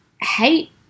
hate